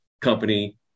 Company